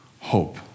hope